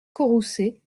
courroucée